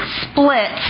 split